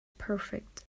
perfect